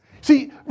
See